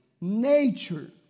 nature